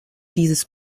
dieses